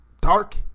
dark